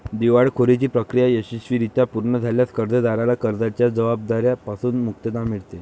दिवाळखोरीची प्रक्रिया यशस्वीरित्या पूर्ण झाल्यास कर्जदाराला कर्जाच्या जबाबदार्या पासून मुक्तता मिळते